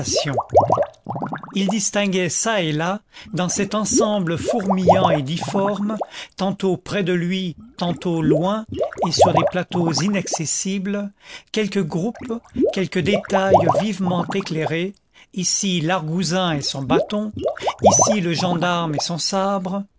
il distinguait çà et là dans cet ensemble fourmillant et difforme tantôt près de lui tantôt loin et sur des plateaux inaccessibles quelque groupe quelque détail vivement éclairé ici l'argousin et son bâton ici le gendarme et son sabre